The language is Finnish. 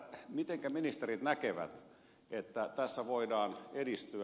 mitenkä ministerit näkevät että tässä voidaan edistyä